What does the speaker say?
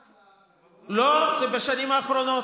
לא, זה בשנים האחרונות,